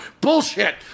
Bullshit